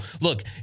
look